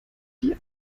die